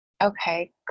Okay